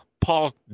Paul